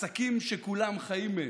עסקים שכולם חיים מהם.